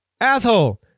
asshole